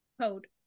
code